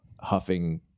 huffing